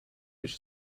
which